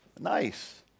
Nice